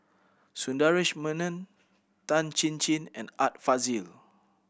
Sundaresh Menon Tan Chin Chin and Art Fazil